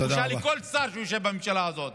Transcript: בושה לכל שר שיושב בממשלה הזאת.